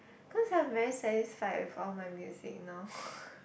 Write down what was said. cause I'm very satisfied with all my music now